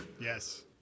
Yes